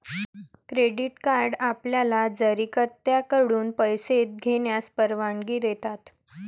credit card आपल्याला card जारीकर्त्याकडून पैसे घेण्यास परवानगी देतात